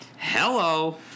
Hello